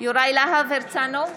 יוראי להב הרצנו,